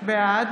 בעד